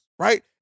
right